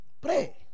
pray